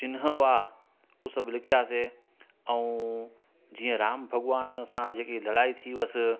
चिन्ह हुआ हो सभु लिखयासीं ऐं जीअं राम भॻवानु सां जेकी लड़ाई थी हुयसि